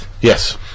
Yes